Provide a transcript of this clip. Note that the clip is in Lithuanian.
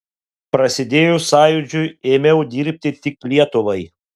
prasidėjus sąjūdžiui ėmiau dirbti tik lietuvai